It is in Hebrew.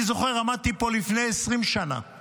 אני זוכר, עמדתי פה לפני 20 שנה